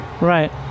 Right